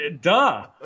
duh